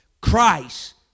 Christ